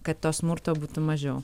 kad to smurto būtų mažiau